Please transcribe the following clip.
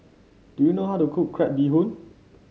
do you know how to cook Crab Bee Hoon